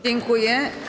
Dziękuję.